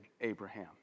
Abraham